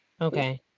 okay